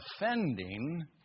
offending